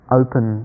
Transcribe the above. open